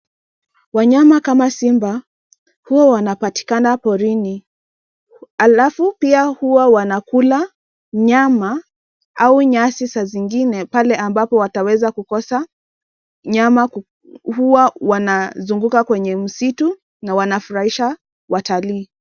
Wanyama kama simba huwa wanapatikana porini , halafu pia huwa wanakula nyama au nyasi sa zingine pale ambapo wataweza kukosa nyama huwa wanazunguka kwenye msitu na wanafurahisha watalii.